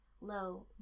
low